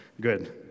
good